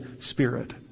Spirit